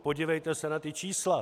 Podívejte se na ta čísla.